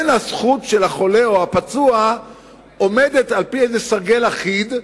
הזכות של החולה או הפצוע אינה עומדת על-פי איזה סרגל אחיד,